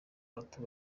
bato